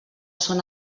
són